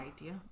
idea